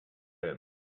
him